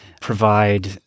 provide